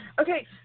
okay